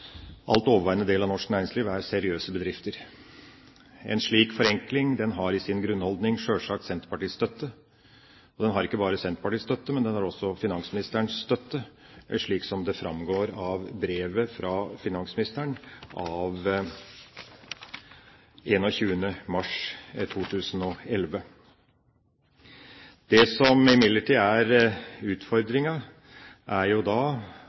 alt overveiende del av norsk næringsliv er seriøse bedrifter. En slik forenkling har i sin grunnholdning sjølsagt Senterpartiets støtte. Og den har ikke bare Senterpartiets støtte, men den har også finansministerens støtte, slik som det framgår av brevet fra finansministeren av 21. mars 2011. Det som imidlertid er utfordringa, er